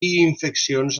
infeccions